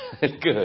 good